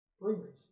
breweries